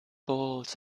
balls